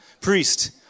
Priest